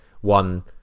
one